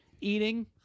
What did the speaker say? Eating